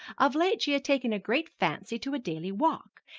of late she had taken a great fancy to a daily walk,